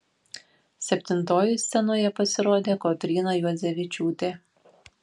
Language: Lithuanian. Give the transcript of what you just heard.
septintoji scenoje pasirodė kotryna juodzevičiūtė